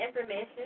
information